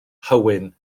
hywyn